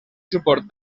suport